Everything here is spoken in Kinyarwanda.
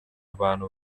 abantu